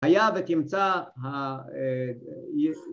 ‫היה ותמצא ה...